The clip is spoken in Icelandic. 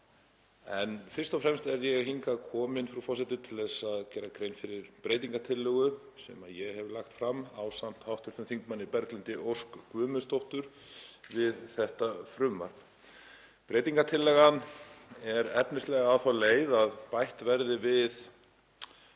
En fyrst og fremst er ég hingað kominn, frú forseti, til að gera grein fyrir breytingartillögu sem ég hef lagt fram ásamt hv. þm. Berglindi Ósk Guðmundsdóttur við þetta frumvarp. Breytingartillagan er efnislega á þá leið að bætt verði